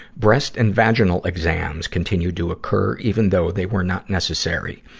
breast and vaginal exams continued to occur, even though they were not necessary.